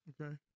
okay